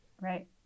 right